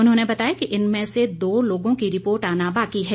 उन्होंने बताया कि इनमें से दो लोगों की रिपोर्ट आना बाकी है